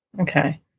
Okay